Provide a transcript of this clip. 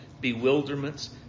bewilderments